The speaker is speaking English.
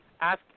ask